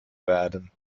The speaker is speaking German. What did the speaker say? werden